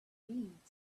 needs